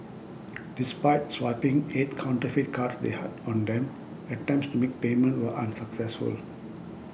despite swiping eight counterfeit cards they had on them attempts to make payment were unsuccessful